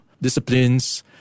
disciplines